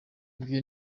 ibyo